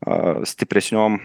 ar stipresniam